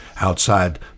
outside